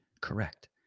Correct